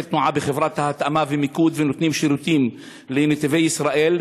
תנועה בחברות התאמה ומיקוד ונותנים שירותים לנתיבי ישראל,